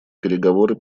переговоры